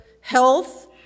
health